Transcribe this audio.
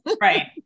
Right